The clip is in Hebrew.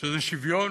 שזה שוויון,